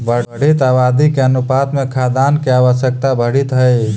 बढ़ीत आबादी के अनुपात में खाद्यान्न के आवश्यकता बढ़ीत हई